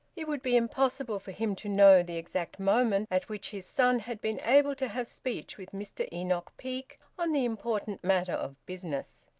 it would be impossible for him to know the exact moment at which his son had been able to have speech with mr enoch peake on the important matter of business.